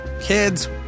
Kids